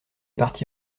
parti